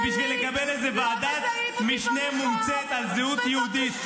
היא בשביל לקבל איזושהי ועדת משנה ממוצאת על זהות יהודית.